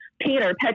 Peter